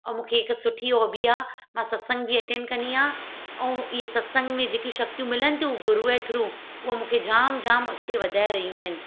ऐं मूंखे हिक सुठी होबी आहे मां सत्संग बि अटेंड कंदी आहियां ऐं इहे सत्संग में जेकियूं शक्तियूं मिलनि थियूं गुरूअ थ्रू उहे मूंखे जाम जाम अॻिते वधाए रहियूं आहिनि